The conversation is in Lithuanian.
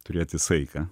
turėti saiką